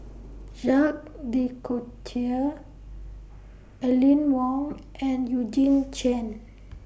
Jacques De Coutre Aline Wong and Eugene Chen